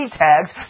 tags